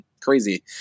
crazy